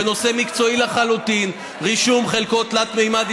בנושא מקצועי לחלוטין: רישום חלקות תלת-ממד.